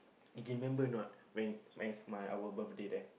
you can remember or not when when is my our birthday there